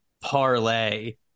parlay